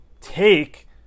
take